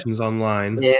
online